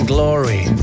Glory